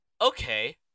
okay